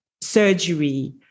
surgery